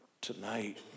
Tonight